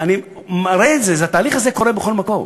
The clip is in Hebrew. אני מראה את זה, התהליך הזה קורה בכל מקום.